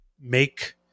make